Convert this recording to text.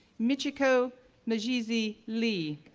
michiko meizhizi li,